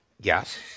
Yes